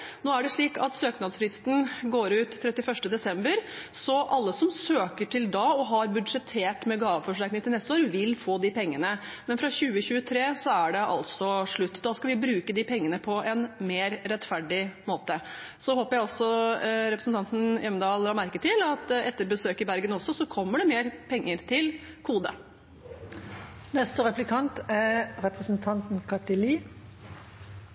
Nå er det slik at søknadsfristen går ut 31. desember, så alle som søker fram til da og har budsjettert med gaveforsterkning til neste år, vil få de pengene. Men fra 2023 er det altså slutt. Da skal vi bruke de pengene på en mer rettferdig måte. Så håper jeg representanten Hjemdal også la merke til at etter besøket i Bergen kommer det mer penger til KODE. Jeg er veldig glad for at regjeringen og SV er